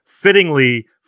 fittingly